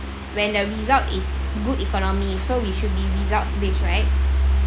when the result is good economy so we should be result based right